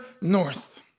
north